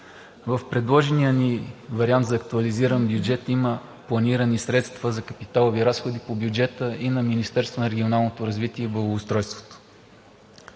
в предложения ни вариант за актуализиран бюджет има планирани средства за капиталови разходи по бюджета и на Министерството на регионалното развитие и благоустройството.